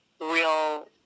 real